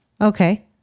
Okay